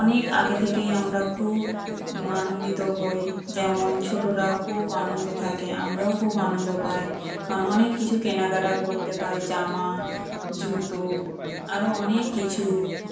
অনেক আগে থেকেই আমরা খুব আনন্দিত হই যেমন ছোটোরা খুব আনন্দে থাকে আমরাও খুব আনন্দ পাই কারণ অনেক কিছু কেনাকাটা করতে পাই জামা জুতো আরো অনেক কিছু